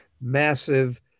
massive